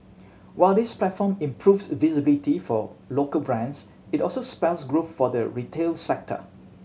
while this platform improves visibility for local brands it also spells growth for the retail sector